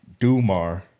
Dumar